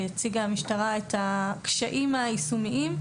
והציגה המשטרה את הקשיים היישומיים,